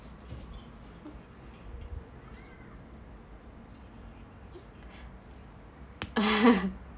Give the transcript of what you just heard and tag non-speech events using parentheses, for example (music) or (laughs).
(laughs)